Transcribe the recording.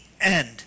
end